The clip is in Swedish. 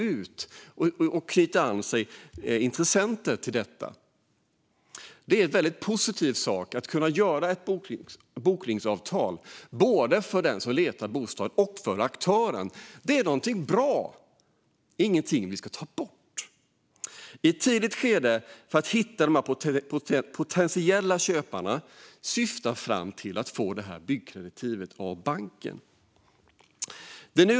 Ett bokningsavtal är både för den som letar bostad och för aktören något väldigt positivt. Det här är något bra och ingenting som vi ska ta bort. Det syftar till att i ett tidigt skede hitta potentiella köpare för att kunna få ett byggkreditiv av banken.